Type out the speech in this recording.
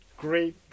great